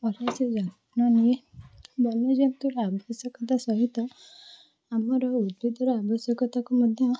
ଭଲ ସେ ଯତ୍ନ ନିଏ ବନ୍ୟଜନ୍ତୁର ଆବଶ୍ୟକତା ସହିତ ଆମର ଉଦ୍ଭିଦର ଆବଶ୍ୟକତାକୁ ମଧ୍ୟ